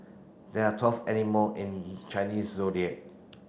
there are twelve animal in Chinese Zodiac